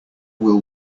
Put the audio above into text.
will